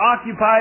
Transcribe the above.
occupied